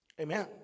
Amen